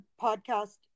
podcast